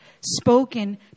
spoken